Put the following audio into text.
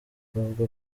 bavuga